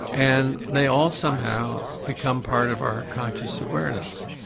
and they all somehow become part of our conscious awareness,